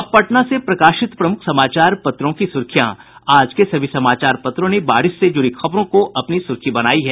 अब पटना से प्रकाशित प्रमुख समाचार पत्रों की सुर्खियां आज के सभी समाचार पत्रों ने बारिश से जुड़ी खबरों को अपनी सुर्खी बनायी है